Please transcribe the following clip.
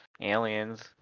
aliens